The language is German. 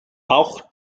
auch